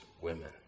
women